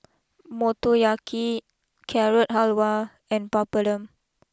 Motoyaki Carrot Halwa and Papadum